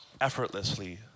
effortlessly